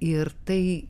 ir tai